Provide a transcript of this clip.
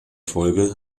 folge